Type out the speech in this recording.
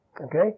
Okay